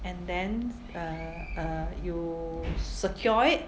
and then err err you secure it